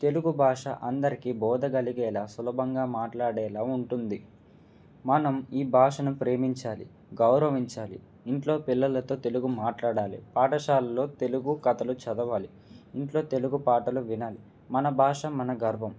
తెలుగు భాష అందరికీ బోధ కలిగేలా సులభంగా మాట్లాడేలా ఉంటుంది మనం ఈ భాషను ప్రేమించాలి గౌరవించాలి ఇంట్లో పిల్లలతో తెలుగు మాట్లాడాలి పాఠశాలలో తెలుగు కథలు చదవాలి ఇంట్లో తెలుగు పాటలు వినాలి మన భాష మన గౌరవం